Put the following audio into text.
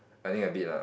I think a bit ah